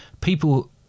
people